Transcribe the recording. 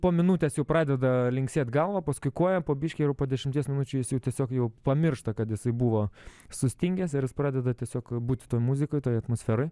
po minutės jau pradeda linksėt galva paskui koją po biškį ir jau po dešimties minučių jis jau tiesiog jau pamiršta kad jisai buvo sustingęs ir jis pradeda tiesiog būti toj muzikoj toj atmosferoj